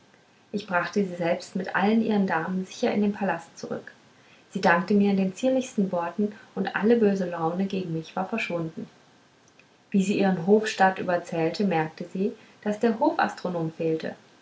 ich brachte sie selbst mit allen ihren damen sicher in den palast zurück sie dankte mir in den zierlichsten worten und alle böse laune gegen mich war verschwunden wie sie ihren hofstaat überzählte merkte sie daß der hofastronom fehlte